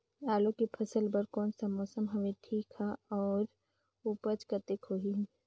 आलू के फसल बर कोन सा मौसम हवे ठीक हे अउर ऊपज कतेक होही?